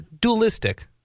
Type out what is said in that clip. dualistic